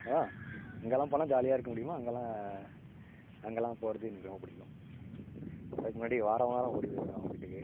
அதுதான் எங்கெல்லாம் போனால் ஜாலியாக இருக்க முடியுமோ அங்கெல்லாம் அங்கெல்லாம் போவது எனக்கு ரொம்பப் பிடிக்கும் அதுக்கு முன்னாடி வாரம் வாரம் ஓடிப் போயிடுவேன் அவங்க வீட்டுக்கு